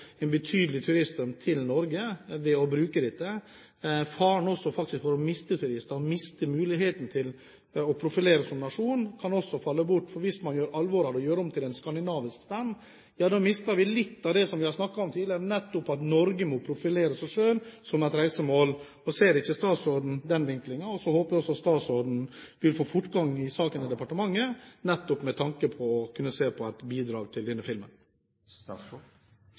en betydelig turiststrøm til Norge. Faren er der faktisk også for å miste turister, og muligheten til å profilere oss som nasjon kan også falle bort, for hvis man gjør alvor av å gjøre den om til en skandinavisk stand, mister vi litt av det vi har snakket om tidligere, nettopp at Norge må profilere seg selv som et reisemål. Ser ikke statsråden den vinklingen? Så håper vi også statsråden vil få fortgang i saken i departementet, nettopp med tanke på å kunne se på et bidrag til denne